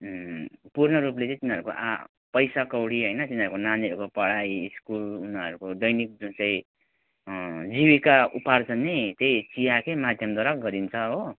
पूर्ण रूपले चाहिँ तिनीहरूको आ पैसा कौडी होइन तिनीहरूको नानीहरूको पढाइ स्कुल उनीहरूको दैनिक जुन चाहिँ जीविका उपार्जन पनि त्यही चियाकै माध्यमद्वारा गरिन्छ हो